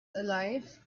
alive